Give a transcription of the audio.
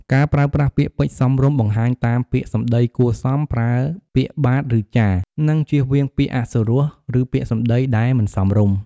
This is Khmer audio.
ការប្រើប្រាស់ពាក្យពេចន៍សមរម្យបង្ហាញតាម ពាក្យសំដីគួរសម ប្រើពាក្យបាទឫចាស៎ និងជៀសវាងពាក្យអសុរោះ ឬពាក្យសម្ដីដែលមិនសមរម្យ។